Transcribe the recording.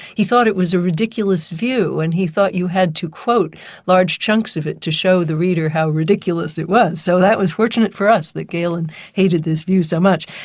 he thought it was a ridiculous view and he thought you had to quote large chunks of it to show the reader how ridiculous it was, so that was fortunate for us that galen hated these views so much,